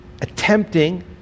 attempting